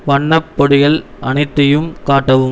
வண்ணப் பொடிகள் அனைத்தையும் காட்டவும்